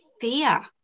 fear